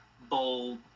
bold